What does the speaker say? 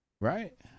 Right